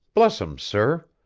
bless em, sir.